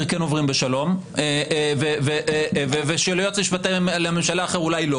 כן עוברים בשלום ושל יועץ משפטי לממשלה אחר אולי לא